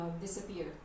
disappear